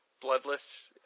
bloodless